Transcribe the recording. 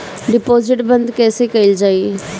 Deposit बंद कैसे कैल जाइ?